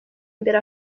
mbere